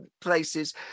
places